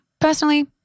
Personally